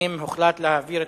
הגבלת מכירת משקאות משכרים),